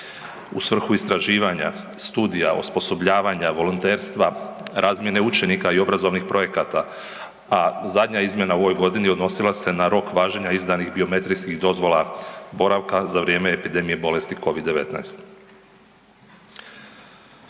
u svrhu istraživanja, studija, osposobljavanja, volonterstva, razmjene učenika i obrazovnih projekata, a zadnja izmjena u ovoj godini odnosila se na rok važenja izdanih biometrijskih dozvola boravka za vrijeme epidemije bolesti COVID-19.